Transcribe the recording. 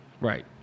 Right